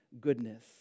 goodness